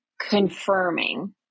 confirming